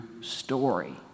story